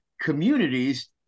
communities